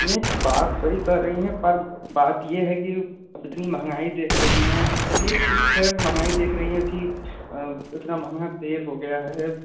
नहीं बात सही कह रही हैं पर बात यह है की इतनी महगाई देख रही हैं चलिए ठीक है महगाई देख रही हैं कि इतना महंगा तेल हो गया है